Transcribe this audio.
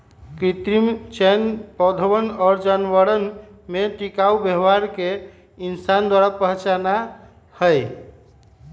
कृत्रिम चयन पौधवन और जानवरवन में टिकाऊ व्यवहार के इंसान द्वारा पहचाना हई